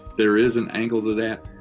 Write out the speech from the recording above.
there is an angle to that.